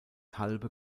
halbe